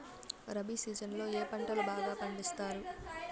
rabi season లో ఏ పంటలు బాగా పండిస్తారు